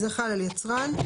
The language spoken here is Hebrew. יצרן,